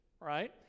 right